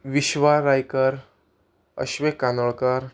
Vishwa Raikar Ashwek Kanolkar